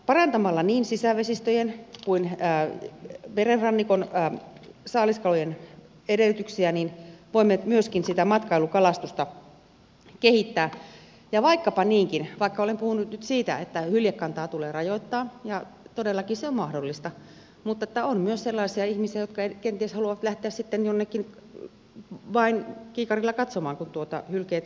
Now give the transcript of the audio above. parantamalla niin sisävesistöjen kuin merenrannikon saaliskalojen edellytyksiä voimme myöskin sitä matkailukalastusta kehittää ja vaikkapa niinkin vaikka olen puhunut nyt siitä että hyljekantaa tulee rajoittaa ja todellakin se on mahdollista että on myös sellaisia ihmisiä jotka kenties haluavat lähteä sitten jonnekin vain kiikarilla katsomaan kun hylkeet ovat siellä kalliolla